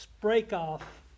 break-off